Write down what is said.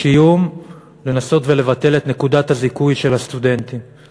יש איום לנסות ולבטל את נקודת הזיכוי של הסטודנטים,